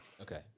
Okay